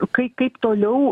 kai kaip toliau